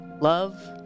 love